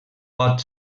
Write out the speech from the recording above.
pot